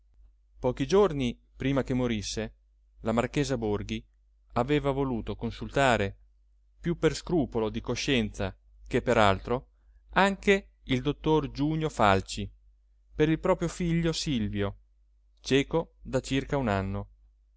pochi giorni prima che morisse la marchesa borghi aveva voluto consultare più per scrupolo di coscienza che per altro anche il dottor giunio falci per il proprio figlio silvio cieco da circa un anno